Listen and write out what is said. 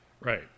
right